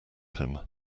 him